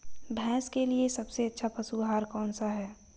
भैंस के लिए सबसे अच्छा पशु आहार कौनसा है?